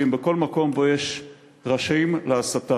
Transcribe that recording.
ואם בכל מקום שבו יש ראשים להסתה.